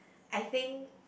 I think